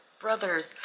brothers